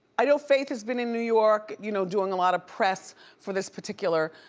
i know faith has been in new york you know doing a lot of press for this particular,